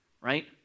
Right